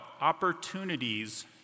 opportunities